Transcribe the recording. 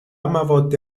مواد